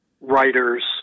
writers